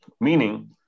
Meaning